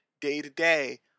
day-to-day